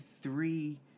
three